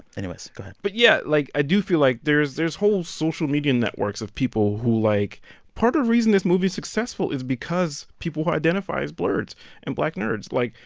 anyways, go ahead but yeah, like, i do feel like there's there's whole social media networks of people who like part of reason this movie's successful is because people who identify as blerds and black nerds. like,